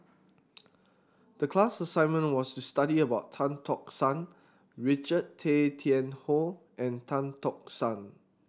the class assignment was to study about Tan Tock San Richard Tay Tian Hoe and Tan Tock San